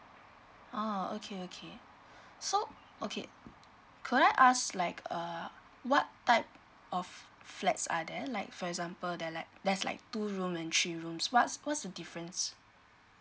orh okay okay so okay could I ask like err what type of flats are there like for example there like there's like two room and three rooms what's what's the difference